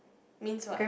means what